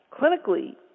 clinically